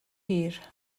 hir